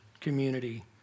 community